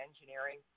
engineering